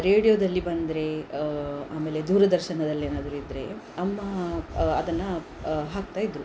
ರೇಡಿಯೋದಲ್ಲಿ ಬಂದರೆ ಆಮೇಲೆ ದೂರದರ್ಶನದಲ್ಲಿ ಏನಾದರು ಇದ್ದರೆ ಅಮ್ಮ ಅದನ್ನು ಹಾಕ್ತಾಯಿದ್ದರು